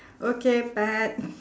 okay